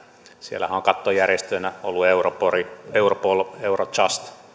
siellähän on kattojärjestöinä ollut europol eurojust